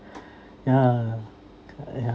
yeah !aiya!